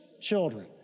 children